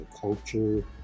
culture